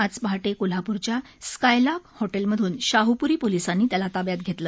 आज पहाटे कोल्हापूरच्या स्कायलार्क हॉटेलमधून शाहूपुरी पोलिसांनी त्याला ताब्यात घेतलं